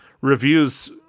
reviews